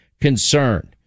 concern